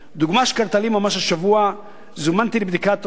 דוגמה שקרתה לי ממש השבוע: זומנתי לבדיקת רופא